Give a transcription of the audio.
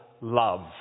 love